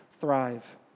thrive